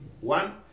One